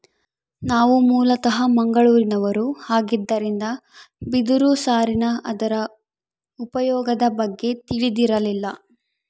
ನಾವು ಮೂಲತಃ ಮಂಗಳೂರಿನವರು ಆಗಿದ್ದರಿಂದ ಬಿದಿರು ಸಾರಿನ ಅದರ ಉಪಯೋಗದ ಬಗ್ಗೆ ತಿಳಿದಿರಲಿಲ್ಲ